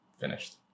finished